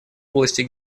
области